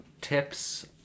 tips